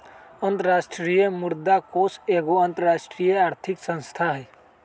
अंतरराष्ट्रीय मुद्रा कोष एगो अंतरराष्ट्रीय आर्थिक संस्था हइ